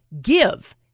give